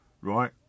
right